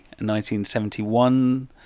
1971